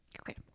Okay